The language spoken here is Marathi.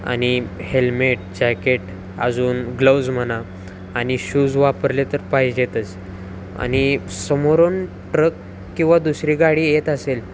आणि हेल्मेट जॅकेट अजून ग्लवज म्हणा आणि शूज वापरले तर पाहिजेतच आणि समोरून ट्रक किंवा दुसरी गाडी येत असेल